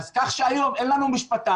אז כך שהיום אין לנו משפטן,